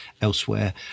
elsewhere